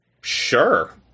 Sure